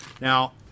Now